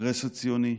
הקונגרס הציוני,